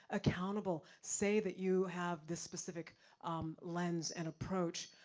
accountable, say that you have this specific lens and approach.